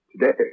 Today